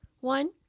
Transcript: one